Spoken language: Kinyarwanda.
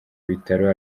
bitaro